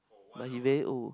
but he very old